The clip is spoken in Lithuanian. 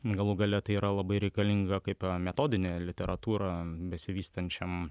galų gale tai yra labai reikalinga kaip metodinė literatūra besivystančiam